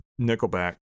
Nickelback